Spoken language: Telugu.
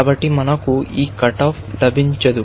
కాబట్టి మనకు ఈ కట్ ఆఫ్ లభించదు